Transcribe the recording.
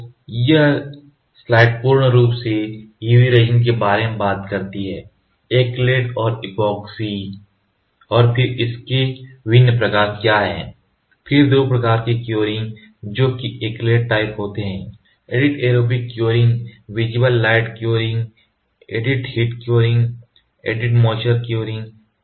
तो यह स्लाइड पूर्ण रूप से UV रेजिन के बारे में बात करती है एक्रिलिटेड और ऐपोक्सी और फिर इसके विभिन्न प्रकार क्या हैं फिर 2 प्रकार के क्योरिंग जो कि एक्रिलेट टाइप होते हैं aided aerobic curing visible light curing aided heat curing और ऐडिड मॉइस्चर क्योरिंग